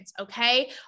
okay